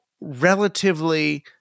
relatively